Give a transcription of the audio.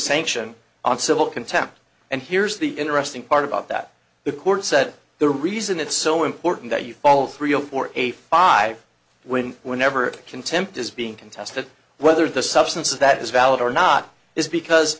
sanction on civil contempt and here's the interesting part about that the court said the reason it's so important that you all three zero four a five when whenever a contempt is being contested whether the substance of that is valid or not is because